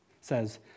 says